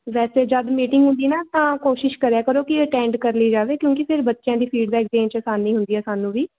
ਵੈਸੇ ਜਦ ਮੀਟਿੰਗ ਹੁੰਦੀ ਨਾ ਤਾਂ ਕੋਸ਼ਿਸ਼ ਕਰਿਆ ਕਰੋ ਕਿ ਅਟੈਂਡ ਕਰ ਲਈ ਜਾਵੇ ਕਿਉਂਕਿ ਫਿਰ ਬੱਚਿਆਂ ਦੀ ਫੀਡਬੈਕ ਦੇਣ 'ਚ ਆਸਾਨੀ ਹੁੰਦੀ ਆ ਸਾਨੂੰ ਵੀ